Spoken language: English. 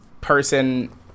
person